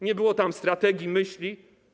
Nie było tam strategii, myśli.